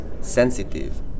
sensitive